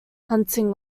hunting